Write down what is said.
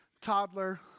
toddler